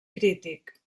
crític